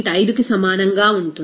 5 కి సమానంగా ఉంటుంది